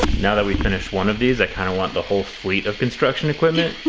now that we've finished one of these, i kind of want the whole fleet of construction equipment.